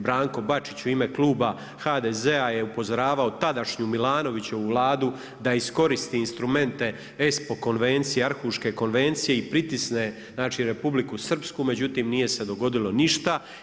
Branko Bačić u ime kluba HDZ-a je upozoravao tadašnju Milanovićevu Vladu da iskoristi instrumente ESPO konvencije i Arhuške konvencije i pritisne, znači Republiku Srpsku, međutim nije se dogodilo ništa.